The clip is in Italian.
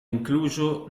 incluso